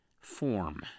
form